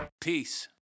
Peace